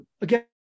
again